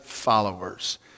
followers